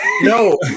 no